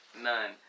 none